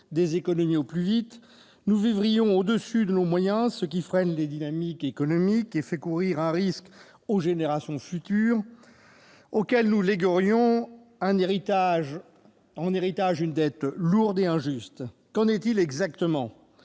des économies au plus vite, nous vivrions au-dessus de nos moyens, ce qui freinerait les dynamiques économiques et ferait courir un risque aux générations futures, auxquelles nous léguerions comme héritage une dette lourde et injuste. Qu'en est-il exactement ?